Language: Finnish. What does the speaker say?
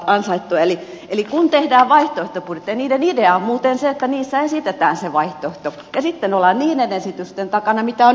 eli kun tehdään vaihtoehtobudjetteja niiden idea on muuten se että niissä esitetään vaihtoehto ja sitten ollaan niiden esitysten takana mitä on esitetty